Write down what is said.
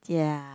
ya